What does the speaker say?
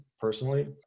personally